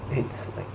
it's like